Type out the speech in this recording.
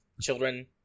children